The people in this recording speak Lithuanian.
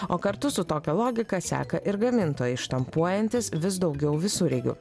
o kartu su tokia logika seka ir gamintojai štampuojantys vis daugiau visureigių